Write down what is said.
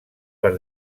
per